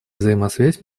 взаимосвязь